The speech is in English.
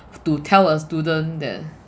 to tell a student that